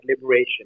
liberation